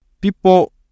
People